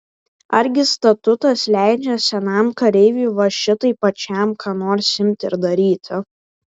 argi statutas leidžia senam kareiviui va šitaip pačiam ką nors imti ir daryti